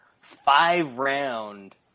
five-round